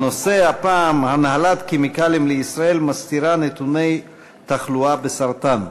הנושא הפעם: הנהלת "כימיקלים לישראל" מסתירה נתוני תחלואה בסרטן.